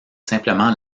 simplement